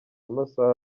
amasaha